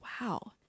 wow